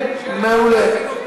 כן, מעולה.